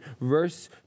verse